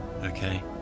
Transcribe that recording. okay